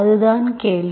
அதுதான் கேள்வி